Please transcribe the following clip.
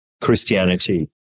Christianity